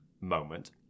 moment